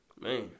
man